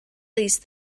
least